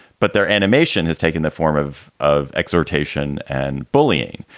but their animation has taken the form of of exhortation and bullying.